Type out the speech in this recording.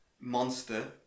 monster